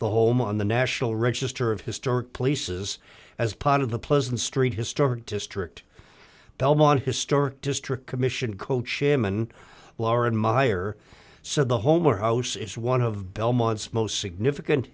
the home on the national register of historic places as part of the pleasant street historic district belmont historic district commission cochairman lauren meyer said the home or house is one of belmont's most significant